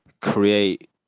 create